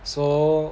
so